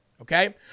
Okay